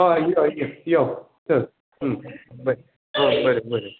हय यो यो यो बरें हय बरें बरें